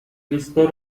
بستر